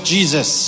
Jesus